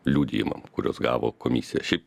liudijimam kuriuos gavo komisija šiaip